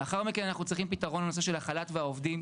לאחר מכן אנחנו צריכים פתרון לנושא של החל"ת והעובדים,